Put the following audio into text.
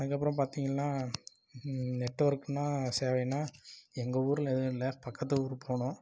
அதுக்கப்புறோம் பார்த்திங்கள்னா நெட்வொர்க்குனா சேவைனால் எங்கள் ஊரில் எதுவும் இல்லை பக்கத்து ஊர் போகணும்